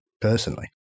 personally